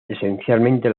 esencialmente